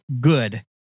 good